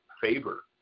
favor